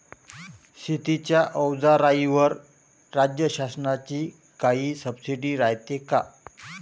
शेतीच्या अवजाराईवर राज्य शासनाची काई सबसीडी रायते का?